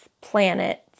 planets